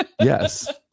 Yes